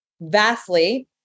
vastly